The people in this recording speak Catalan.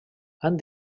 han